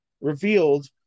revealed